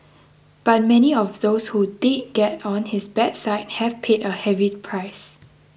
but many of those who did get on his bad side have paid a heavy price